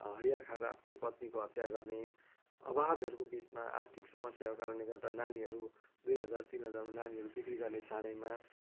हडिया खाएर आफ्नै पत्नीको हत्या गर्ने अभावहरूको बिचमा आर्थिक समस्याको कारणले गर्दा नानीहरू दुई हजार तिन हजारमा नानीहरू बिक्री गर्ने सानैमा